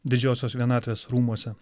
didžiosios vienatvės rūmuose